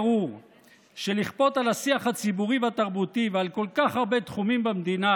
ברור שלכפות על השיח הציבורי והתרבותי ועל כל כך הרבה תחומים במדינה